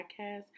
podcast